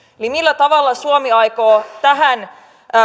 millä tavalla suomi aikoo tähän